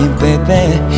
baby